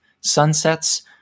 sunsets